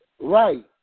right